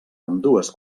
ambdues